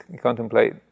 contemplate